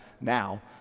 now